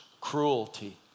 cruelty